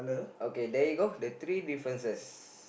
okay there you go the three differences